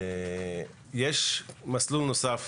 יש מסלול נוסף,